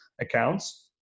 accounts